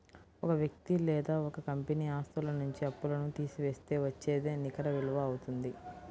ఒక వ్యక్తి లేదా ఒక కంపెనీ ఆస్తుల నుంచి అప్పులను తీసివేస్తే వచ్చేదే నికర విలువ అవుతుంది